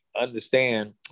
understand